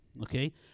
okay